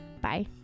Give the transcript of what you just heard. Bye